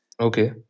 Okay